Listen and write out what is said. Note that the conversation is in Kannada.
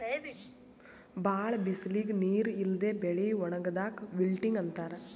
ಭಾಳ್ ಬಿಸಲಿಗ್ ನೀರ್ ಇಲ್ಲದೆ ಬೆಳಿ ಒಣಗದಾಕ್ ವಿಲ್ಟಿಂಗ್ ಅಂತಾರ್